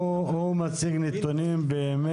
הוא מציג נתונים באמת.